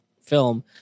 film